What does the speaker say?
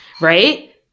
right